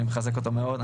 אני מחזק אותו מאוד,